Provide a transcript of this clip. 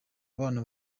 abana